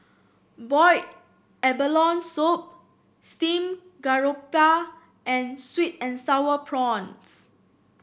Boiled Abalone Soup Steamed Garoupa and sweet and sour prawns